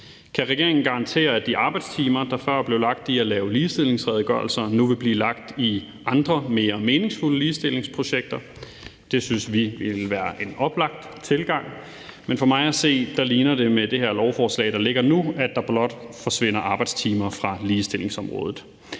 Kan regeringen garantere, at de arbejdstimer, der før blev lagt i at lave ligestillingsredegørelser, nu vil blive lagt i andre mere meningsfulde ligestillingsprojekter? Det synes vi ville være en oplagt tilgang. Men for mig at se ligner det med det her lovforslag, der ligger nu, at der blot forsvinder arbejdstimer fra ligestillingsområdet.